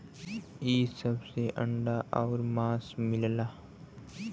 इ सब से अंडा आउर मांस मिलला